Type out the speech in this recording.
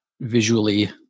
visually